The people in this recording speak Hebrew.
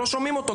לא שומעים אותו.